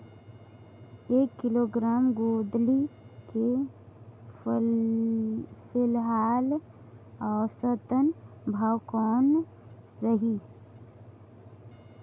एक किलोग्राम गोंदली के फिलहाल औसतन भाव कौन रही?